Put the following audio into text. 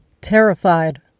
Terrified